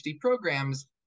programs